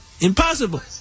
Impossible